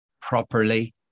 properly